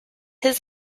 his